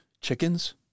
chickens